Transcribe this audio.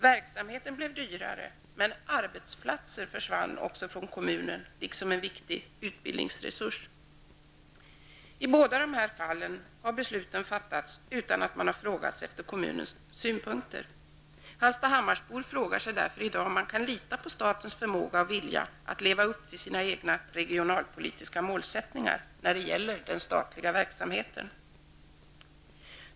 Verksamheten blev dyrare men även arbetsplatser försvann från kommunen, liksom en viktig utbildningsresurs. I båda dessa fall har besluten fattats utan att man frågat efter kommunens synpunkter. Hallstahammarbor fråga sig därför i dag om man kan lita på statens förmåga och vilja att leva upp till sina egna regionalpolitiska målsättningar när det gäller den statliga verksamheten.